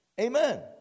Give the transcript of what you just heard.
Amen